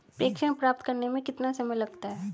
प्रेषण प्राप्त करने में कितना समय लगता है?